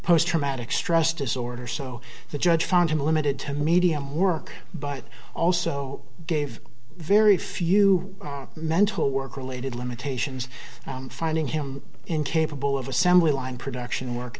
post traumatic stress disorder so the judge found him limited to medium work but also gave very few mental work related limitations finding him incapable of assembly line production work